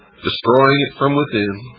destroying it from within,